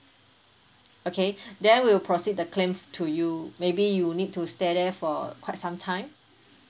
okay then we'll proceed the claim to you maybe you need to stay there for quite some time